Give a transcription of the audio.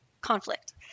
conflict